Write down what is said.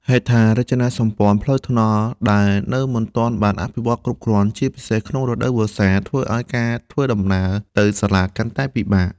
ហេដ្ឋារចនាសម្ព័ន្ធផ្លូវថ្នល់ដែលនៅមិនទាន់បានអភិវឌ្ឍគ្រប់គ្រាន់ ជាពិសេសក្នុងរដូវវស្សា ធ្វើឱ្យការធ្វើដំណើរទៅសាលាកាន់តែពិបាក។